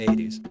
80s